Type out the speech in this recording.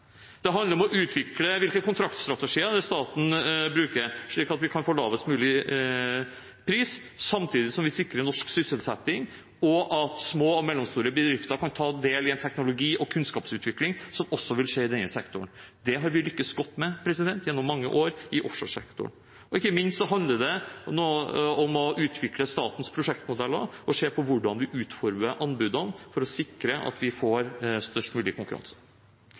Det handler om å utvikle hvilke kontraktstrategier staten bruker, slik at vi kan få lavest mulig pris samtidig som vi sikrer norsk sysselsetting og at små og mellomstore bedrifter kan ta del i en teknologi- og kunnskapsutvikling som også vil skje i denne sektoren. Det har vi lyktes godt med gjennom mange år i offshoresektoren. Og ikke minst handler det om å utvikle statens prosjektmodeller og se på hvordan vi utformer anbudene, for å sikre at vi får størst mulig konkurranse.